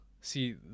See